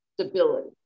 stability